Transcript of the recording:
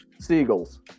Seagulls